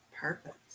Perfect